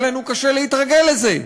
היה לנו קשה להתרגל לזה,